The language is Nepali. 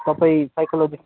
तपाईँ साइकोलोजिस्ट